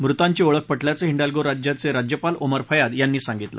मृतांची ओळख पटल्याचं हिडाल्गो राज्याचे राज्यपाल ओमर फयाद यांनी सांगितलं